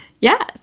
yes